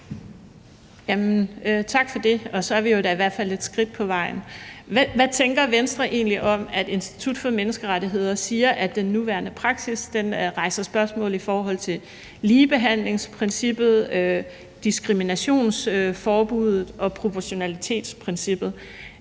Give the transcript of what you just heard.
Tak for det, så er vi jo da i hvert fald et stykke ad vejen. Hvad tænker Venstre egentlig om, at Institut for Menneskerettigheder siger, at den nuværende praksis rejser spørgsmål i forhold til ligebehandlingsprincippet, diskriminationsforbuddet og proportionalitetsprincippet?